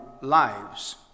lives